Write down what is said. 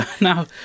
Now